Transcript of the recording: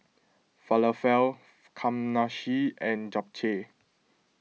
Falafel Kamameshi and Japchae